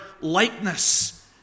likeness